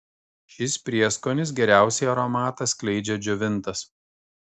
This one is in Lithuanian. šis prieskonis geriausiai aromatą skleidžia džiovintas